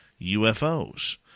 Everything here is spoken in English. UFOs